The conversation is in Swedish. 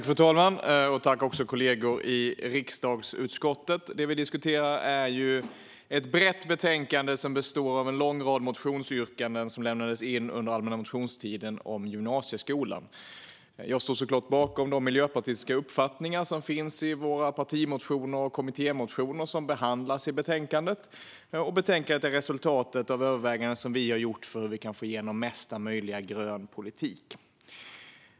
Fru talman! Jag tackar mina kollegor i utskottet. Det som vi diskuterar är ett brett betänkande som består av en lång rad motionsyrkanden om gymnasieskolan som lämnades in under allmänna motionstiden. Jag står såklart bakom de miljöpartistiska uppfattningar som finns i våra partimotioner och kommittémotioner som behandlas i betänkandet. Betänkandet är resultatet av överväganden som vi har gjort för att få igenom mesta möjliga grön politik.